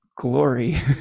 glory